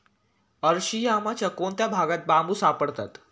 अरशियामाच्या कोणत्या भागात बांबू सापडतात?